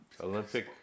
Olympic